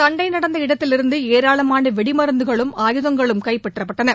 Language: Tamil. சண்டை நடந்த இடத்திலிருந்து ஏராளமான வெடிமருந்துகளும் ஆயுதங்களும் கைப்பற்றப்பட்டன